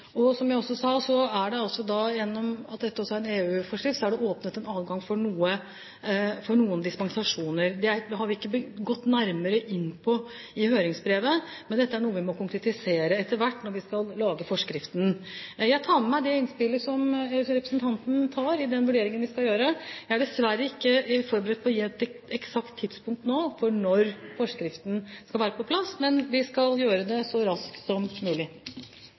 åpnet adgang for noen dispensasjoner. Det har vi ikke gått nærmere inn på i høringsbrevet, men dette er noe vi må konkretisere etter hvert når vi skal lage forskriften. Jeg tar med meg det innspillet til representanten i de vurderingene vi skal gjøre. Jeg er dessverre ikke forberedt på å gi et eksakt tidspunkt nå for når forskriften skal være på plass, men vi skal gjøre det så raskt som mulig.